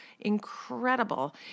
incredible